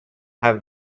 have